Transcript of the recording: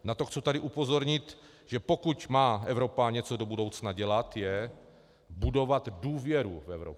Na to tady chci upozornit, že pokud má Evropa něco do budoucna dělat, je budovat důvěru v Evropu.